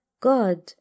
God